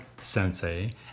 Sensei